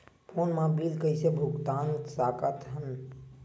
Phone मा bill कइसे भुक्तान साकत हन?